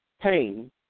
pain